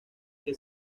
que